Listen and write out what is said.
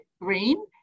green